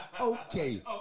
okay